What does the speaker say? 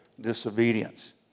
disobedience